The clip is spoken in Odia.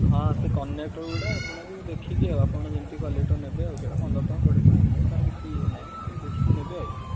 ହଁ ସେ କନେକ୍ଟର୍ଗୁଡ଼ା ଆପଣଙ୍କୁ ଦେଖିକି ଆଉ ଆପଣ ଯେମିତି କ୍ବାଲିଟିର ନେବେ ଆଉ ସେଇଟା ପନ୍ଦର ଟଙ୍କା କୋଡ଼ିଏ ଟଙ୍କା ଏମିତି ତା'ର କିଛି ଇଏ ନାହିଁ ଆପଣ ଦେଖିକି ନେବେ ଆଉ